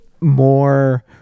more